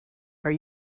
are